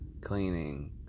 cleaning